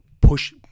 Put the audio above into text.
push